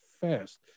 fast